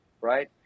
right